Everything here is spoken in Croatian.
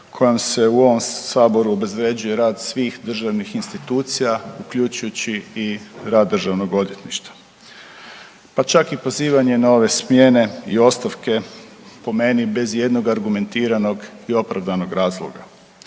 kojom se u ovom Saboru obezvrjeđuje rad svih državnih institucija, uključujući i rad državnog odvjetništva, pa čak i pozivanje na ove smjene i ostavke po meni bez ijednog argumentiranog i opravdanog razloga.